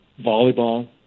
volleyball